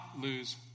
lose